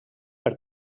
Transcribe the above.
per